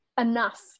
Enough